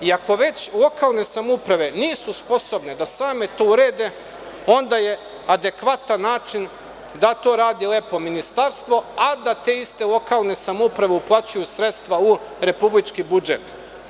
Iako, već lokalne samouprave nisu sposobne da same to urede onda je adekvatan način da to radi lepo ministarstvo, a da te iste lokalne samouprave uplaćuju sredstva u Republički budžet.